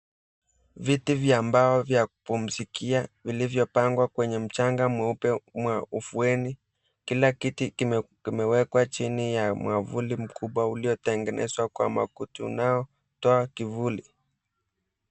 Viti vya mbao vya kupumzikia vilivyopangwa kwenye mchanga mweupe ufueni. Kila kiti kimewekwa chini ya mwavuli mkubwa uliotengenezwa kwa makuti unaotoa kivuli.